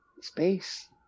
space